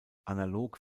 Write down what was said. analog